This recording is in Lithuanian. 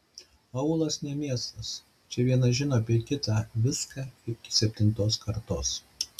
aūlas ne miestas čia vienas žino apie kitą viską iki septintos kartos